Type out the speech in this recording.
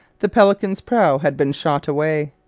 the pelican's prow had been shop away.